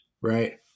Right